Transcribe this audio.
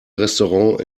restaurant